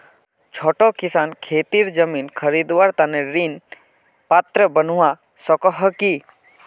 छोटो किसान खेतीर जमीन खरीदवार तने ऋण पात्र बनवा सको हो कि?